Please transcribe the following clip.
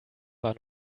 war